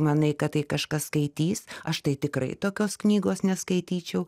manai kad tai kažkas skaitys aš tai tikrai tokios knygos neskaityčiau